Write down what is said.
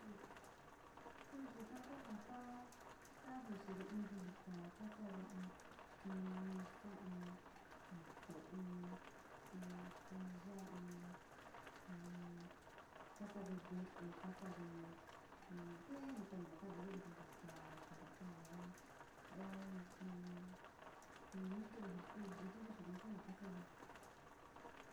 Su yuka ku ja kaa kajeexide ntuyukaa kasa’ade in in mesa, in jito, in in silla, in in kasa’ade ve´e, kasa’ade in ntee nu kanta tava in ntuyu kaa, kin ta tavade oon, in in ninuku in ja koo, nti´i yuka kua, asa´ade.